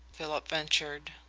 philip ventured.